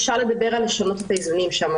אפשר לדבר על לשנות את האיזונים שם.